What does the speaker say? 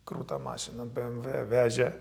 krūta mašina v vežė